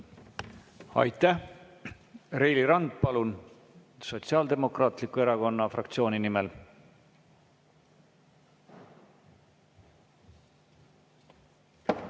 Aitäh! Reili Rand, palun, Sotsiaaldemokraatliku Erakonna fraktsiooni nimel!